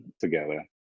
together